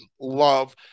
love